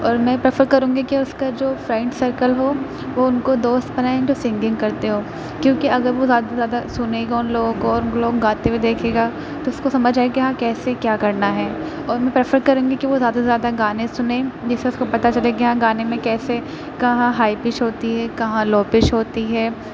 اور میں پریفر کروں گی کہ اُس کا جو فرینڈ سرکل ہو وہ اُن کو دوست بنائیں جو سنگنگ کرتے ہوں کیونکہ اگر وہ زیادہ سے زیادہ سُنے گا اُن لوگوں کو اور اُن لوگوں کو گاتے ہوئے دیکھے گا تو اُس کو سمجھ آئے گا کہ ہاں کیسے کیا کرنا ہے اور میں پریفر کروں گی کہ وہ زیادہ سے زیادہ گانے سُنے جس سے اُس کو پتہ چلے کہ ہاں گانے میں کیسے کہاں ہائی پچ ہوتی ہے کہاں لو پچ ہوتی ہے